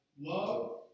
love